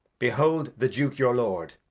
behold the duke, your lord.